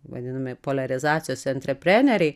vadinami poliarizacijos antrepreneriai